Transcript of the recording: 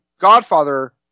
Godfather